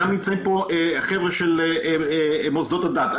נמצאים פה גם החבר'ה של מוסדות הדת.